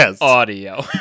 audio